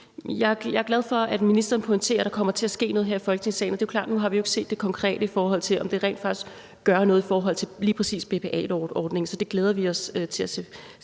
Jeg er glad for, at ministeren pointerer, at der kommer til at ske noget her i Folketingssalen, og det er jo klart, at vi nu ikke konkret har set, om det rent faktisk gør noget i forhold til lige præcis BPA-ordningen. Så vi glæder os til at se,